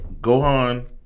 Gohan